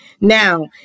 Now